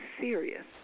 serious